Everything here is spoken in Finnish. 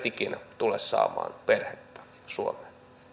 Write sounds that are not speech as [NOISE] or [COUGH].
[UNINTELLIGIBLE] ikinä tule saamaan perhettään suomeen